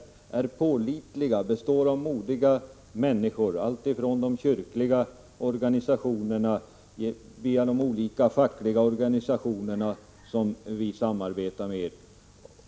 De är pålitliga, består av modiga människor, allt ifrån de kyrkliga organisationerna till de olika fackliga organisationer vi samarbetar med.